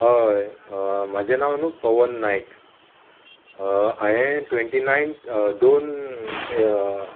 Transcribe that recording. म्हजें नांव न्हू पवन नायक हांयें ट्वेंटी नायन्थ दोन